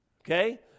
Okay